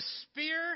spear